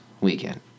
weekend